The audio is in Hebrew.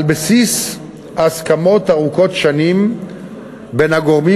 על בסיס הסכמות ארוכות שנים בין הגורמים